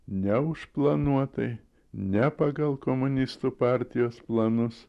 ne užplanuotai ne pagal komunistų partijos planus